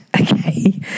Okay